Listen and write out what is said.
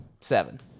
seven